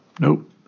Nope